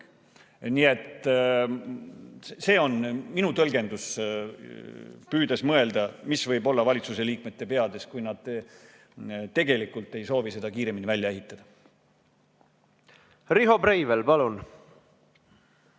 Nii et see on minu tõlgendus, püüdes mõelda, mis võib olla valitsuse liikmete peades, kui nad tegelikult ei soovi seda kiiremini välja ehitada. Jah, siseminister